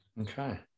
Okay